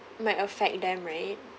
might affect them right